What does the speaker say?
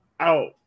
out